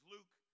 Luke